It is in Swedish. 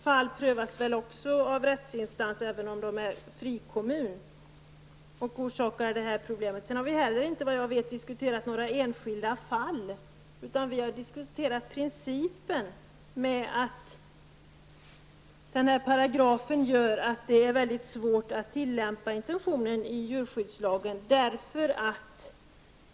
Även om det är fråga om en frikommun kan fall prövas i rättsinstanser och orsaka dessa problem. Vi har inte heller diskuterat några enskilda fall. Vi har diskuterat att denna paragraf gör att det är svårt att tillämpa intentionen i djurskyddslagen.